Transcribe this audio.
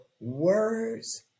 words